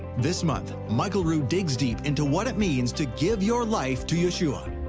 this month, michael rood digs deep into what it means to give your life to yeshua.